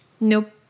nope